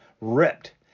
ripped